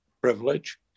privilege